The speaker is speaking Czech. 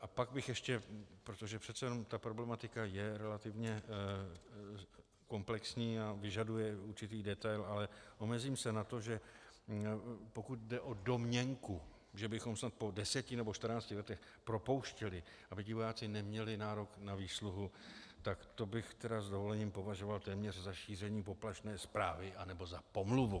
A pak bych ještě, protože přece jenom ta problematika je relativně komplexní a vyžaduje určitý detail, ale omezím se na to, že pokud jde o domněnku, že bychom snad po deseti nebo čtrnácti letech propouštěli, aby ti vojáci neměli nárok na výsluhu, tak to bych tedy s dovolením považoval téměř za šíření poplašné zprávy nebo za pomluvu.